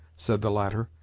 said the latter,